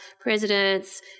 presidents